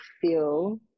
feel